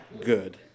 good